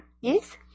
Yes